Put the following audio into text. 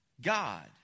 God